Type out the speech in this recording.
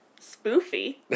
Spoofy